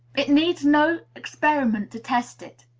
it needs no experiment to test it.